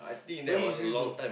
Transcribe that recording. where usually go